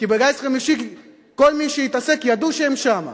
כי בגיס חמישי כל מי שהתעסק, ידעו שהם שם.